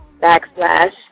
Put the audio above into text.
backslash